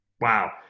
Wow